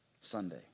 Sunday